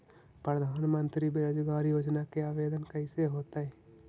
प्रधानमंत्री बेरोजगार योजना के आवेदन कैसे होतै?